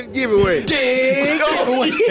Giveaway